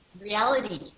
reality